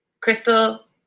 Crystal